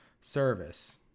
service